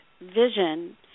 vision